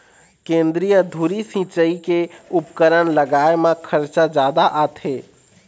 केंद्रीय धुरी सिंचई के उपकरन लगाए म खरचा जादा आथे